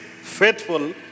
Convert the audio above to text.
faithful